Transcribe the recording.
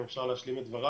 אם אפשר להשלים את דבריי.